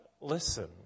Listen